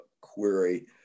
query